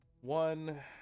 one